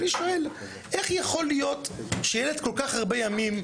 אני שואל איך יכול להיות שילד כל כך הרבה ימים נעדר.